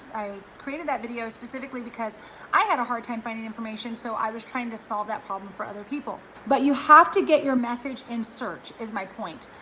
i created that video specifically because i had a hard time finding information, so i was trying to solve that problem for other people. but you have to get your message in search is my point.